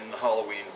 Halloween